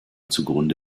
zugrunde